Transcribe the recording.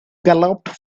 galloped